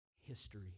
history